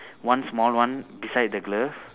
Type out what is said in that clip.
one small one beside the glove